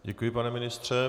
Děkuji, pane ministře.